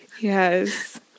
Yes